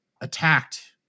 attacked